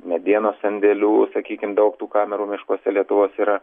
medienos sandėlių sakykim daug tų kamerų miškuose lietuvos yra